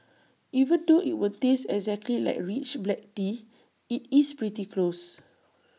even though IT won't taste exactly like rich black tea IT is pretty close